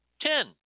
ten